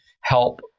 help